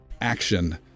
action